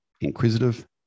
inquisitive